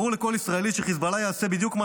ברור לכל ישראלי שחיזבאללה יעשה בדיוק את